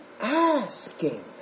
asking